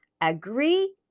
Agree